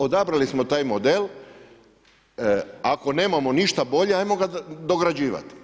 Odabrali smo taj model, ako nemamo ništa bolje, ajmo ga dograđivati.